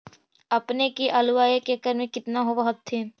अपने के आलुआ एक एकड़ मे कितना होब होत्थिन?